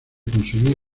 conseguir